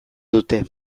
dute